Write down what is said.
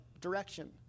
direction